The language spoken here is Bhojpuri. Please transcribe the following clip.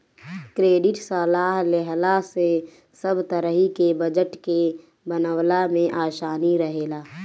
क्रेडिट सलाह लेहला से सब तरही के बजट के बनवला में आसानी रहेला